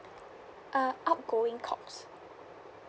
uh outgoing calls